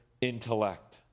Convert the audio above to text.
intellect